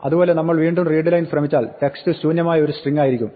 അതുപോലെ നമ്മൾ വീണ്ടും readline ശ്രമിച്ചാൽ text ശൂന്യമായ ഒരു സ്ട്രിങ്ങായിരിക്കും